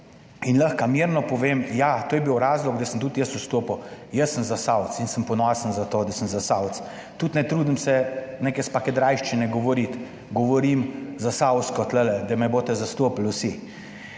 in lahko mirno povem, ja, to je bil razlog, da sem tudi jaz vstopil. Jaz sem Zasavec in sem ponosen za to, da sem Zasavec, tudi ne trudim se neke spakedrajščine govoriti, govorim zasavsko tu, da me boste zastopali vsi